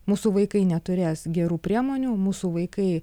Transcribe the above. mūsų vaikai neturės gerų priemonių mūsų vaikai